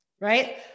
right